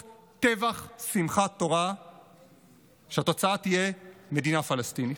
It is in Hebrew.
של טבח שמחת תורה תהיה מדינה פלסטינית.